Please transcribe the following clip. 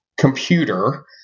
computer